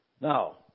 Now